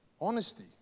Honesty